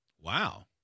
Wow